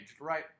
right